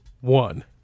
one